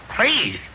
Please